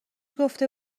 گفته